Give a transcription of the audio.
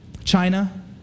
China